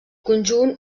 conjunt